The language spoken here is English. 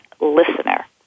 listener